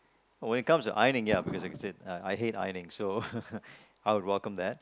when it comes to ironing ya because like I said uh I hate ironing so I would welcome that